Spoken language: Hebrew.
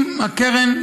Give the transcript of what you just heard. אם הקרן,